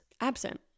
absent